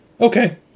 okay